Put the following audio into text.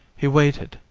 he waited,